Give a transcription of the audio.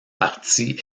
partie